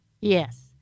Yes